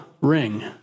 ring